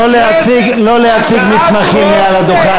לא להציג מסמכים מעל הדוכן,